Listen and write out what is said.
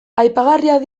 aipagarriak